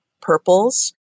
purples